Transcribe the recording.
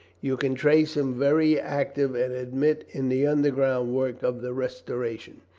you can trace him very active and adroit in the underground work of the restoration.